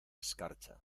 escarcha